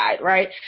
right